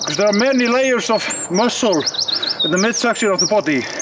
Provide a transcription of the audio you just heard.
there are many layers of muscles in the midsection of the body.